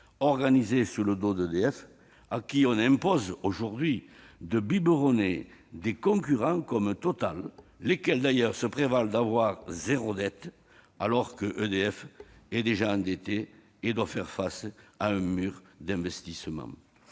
organisée sur le dos d'EDF, à qui on impose aujourd'hui de biberonner des concurrents comme Total, lesquels d'ailleurs se prévalent d'avoir zéro dette alors qu'EDF est déjà endetté et doit faire face à un mur d'investissements.